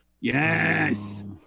yes